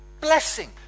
blessing